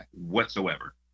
whatsoever